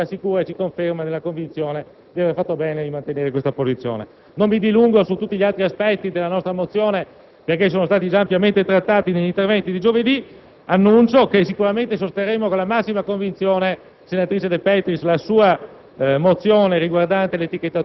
alla posizione di Forza Italia e questo ci conferma nella convinzione di aver fatto bene a mantenere questa posizione. Non mi dilungo sugli altri aspetti della nostra mozione, perché ampiamente trattati negli interventi di giovedì scorso. Annuncio che certamente sosterremo con la massima convinzione, senatrice De Petris, la sua